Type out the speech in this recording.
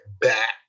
back